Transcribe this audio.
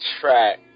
track